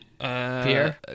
Pierre